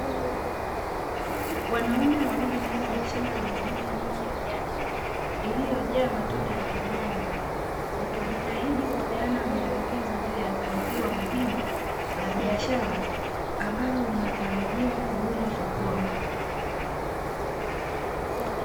Wanaume wawili ndani ya shamba lenye miti mingi ya nyanya, iliyojaa matunda ya kijani wakijitahidi kupeana maelekezo juu ya zao hilo muhimu la biashara ambalo linatarajiwa kuuzwa sokoni.